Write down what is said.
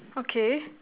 okay